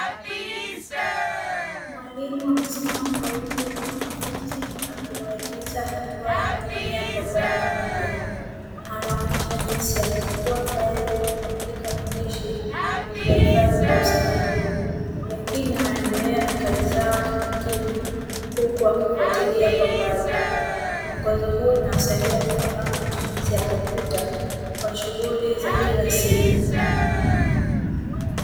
Mwalimu amesimama karibu na mwanafunzi akiwaelekeza hatua ya kutumia programu mpya. Anaonyesha jinsi ya kufungua faili, kuandika maandishi na kuyahifadhi kwa usahihi; wengine wanaendelea na kazi zao kimyakimya huku wakifuatilia kwa mbali. Mwongozo huu unawasaidia kufahamu matumizi ya kompyuta kwa shughuli za kila siku.